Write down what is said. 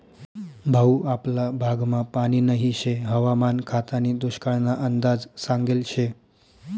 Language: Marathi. भाऊ आपला भागमा पानी नही शे हवामान खातानी दुष्काळना अंदाज सांगेल शे